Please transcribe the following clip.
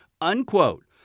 unquote